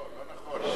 לא, לא נכון.